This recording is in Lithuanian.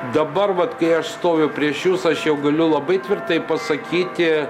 dabar vat kai aš stoviu prieš jus aš jau galiu labai tvirtai pasakyti